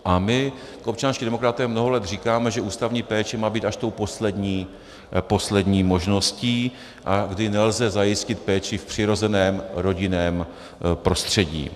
A my, občanští demokraté, mnoho let říkáme, že ústavní péče má být až tou poslední možností, kdy nelze zajistit péči v přirozeném rodinném prostředí.